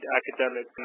academic